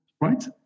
right